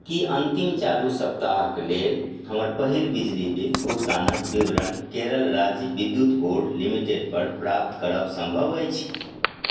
की अन्तिम चालू सप्ताहक लेल हमर पहिल बिजली बिल भुगतानक विवरण केरल राज्य विद्युत बोर्ड लिमिटेडपर प्राप्त करब सम्भव अछि